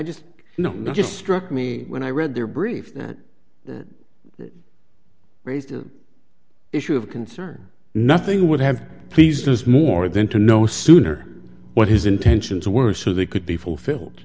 just know it just struck me when i read their brief that raised the issue of concern nothing would have pleased this more than to know sooner what his intentions were so they could be fulfilled